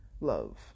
love